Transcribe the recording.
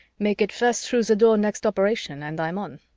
make it first through the door next operation and i'm on.